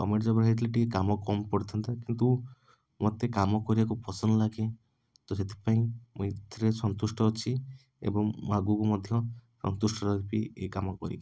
government job ହେଇଥିଲେ ଟିକିଏ କାମ କମ୍ ପଡ଼ିଥାନ୍ତା କିନ୍ତୁ ମୋତେ କାମ କରିବାକୁ ପସନ୍ଦ ଲାଗେ ତ ସେଥିପାଇଁ ମୁଁ ଏଥିରେ ସନ୍ତୁଷ୍ଟ ଅଛି ଏବଂ ମୁଁ ଆଗକୁ ମଧ୍ୟ ସନ୍ତୁଷ୍ଟ ରହିବି ଏ କାମ କରିକି